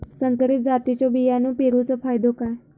संकरित जातींच्यो बियाणी पेरूचो फायदो काय?